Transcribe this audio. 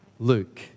Luke